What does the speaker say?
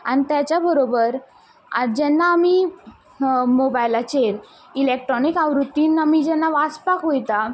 आनी तेच्या बरोबर जेन्ना आमी मोबायलाचेर इलेक्ट्रोनीक आवृत्तीन जेन्ना आमी वाचपाक वयता